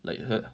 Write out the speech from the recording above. like 他